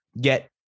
get